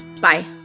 Bye